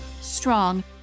strong